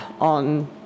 on